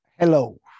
Hello